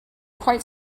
quite